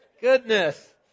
Goodness